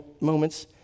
moments